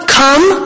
come